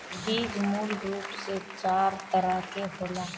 बीज मूल रूप से चार तरह के होला